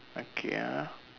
okay ah